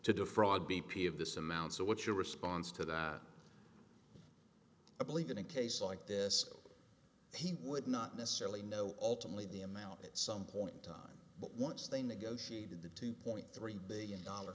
defraud b p of this amount so what's your response to that i believe in a case like this he would not necessarily know ultimately the amount at some point time but once they negotiated the two point three billion dollar